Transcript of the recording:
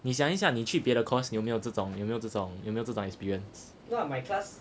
你想一下你去别的 course 你有没有这种有没有这种有没有这种 experience